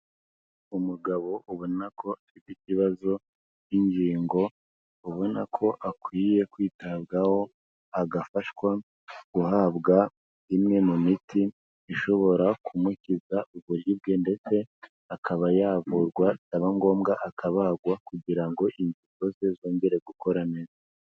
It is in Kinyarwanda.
Umugabo ubona ko afite ikibazo cy'ingingo abona ko akwiye kwitabwaho agafashwa guhabwa imwe mu miti ishobora kumukiza uburibwe ndetse akaba yavurwa byaba ngombwa akabagwa kugira ngo ingingoko ze zongere gukora neza.